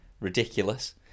ridiculous